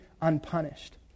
unpunished